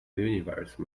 universe